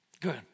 Good